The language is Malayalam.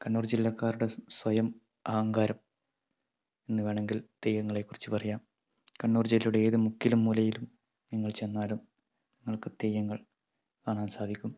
കണ്ണൂർ ജില്ലക്കാരുടെ സ്വയം അഹങ്കാരം എന്ന് വേണമെങ്കിൽ തെയ്യങ്ങളെക്കുറിച്ച് പറയാം കണ്ണൂർ ജില്ലയുടെ ഏത് മുക്കിലും മൂലയിലും നിങ്ങൾ ചെന്നാലും നിങ്ങൾക്ക് തെയ്യങ്ങൾ കാണാൻ സാധിക്കും